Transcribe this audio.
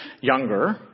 younger